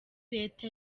leta